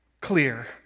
clear